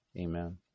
Amen